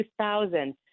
2000